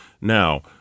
Now